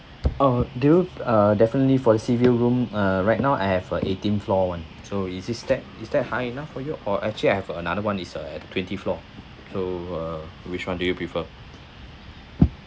uh do you uh definitely for the sea view room uh right now I have uh eighteen floor [one] so is it that is that high enough for your or actually I have another [one] is uh at twenty floor so uh which one do you prefer